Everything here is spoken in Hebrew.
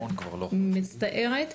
אני מצטערת,